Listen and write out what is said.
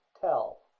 tell